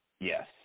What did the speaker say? Yes